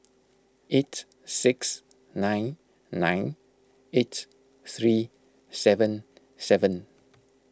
eight six nine nine eight three seven seven